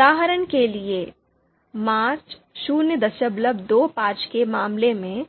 उदाहरण के लिए मान ०२५ के मामले में